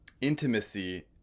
intimacy